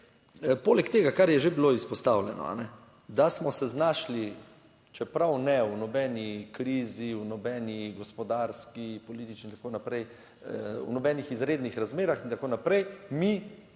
poleg tega, kar je že bilo izpostavljeno, da smo se znašli, čeprav ne v nobeni krizi, v nobeni gospodarski, politični in tako naprej, v nobenih izrednih razmerah in tako naprej, mi